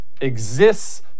exists